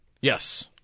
Yes